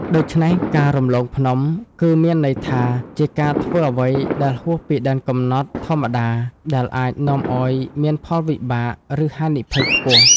ដូច្នេះការ រំលងភ្នំ គឺមានន័យថាជាការធ្វើអ្វីដែលហួសពីដែនកំណត់ធម្មតា ដែលអាចនាំឲ្យមានផលលំបាក ឬហានិភ័យខ្ពស់។